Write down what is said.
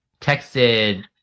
texted